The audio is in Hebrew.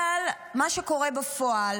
אבל מה שקורה בפועל